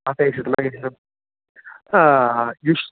अपेक्षितम् अपेक्षितम् युश्